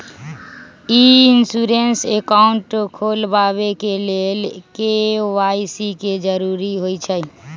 ई insurance account खोलबाबे के लेल के.वाई.सी के जरूरी होइ छै